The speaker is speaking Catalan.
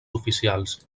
oficials